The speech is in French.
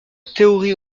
théorie